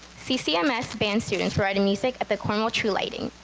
ccms band students provided music at the cornwall tree lighting.